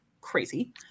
crazy